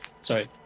Sorry